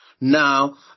now